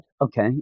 Okay